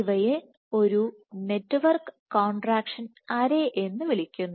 ഇവയെ ഒരു network contraction array എന്ന് വിളിക്കുന്നു